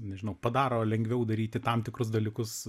nežinau padaro lengviau daryti tam tikrus dalykus